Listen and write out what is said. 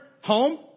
home